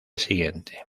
siguiente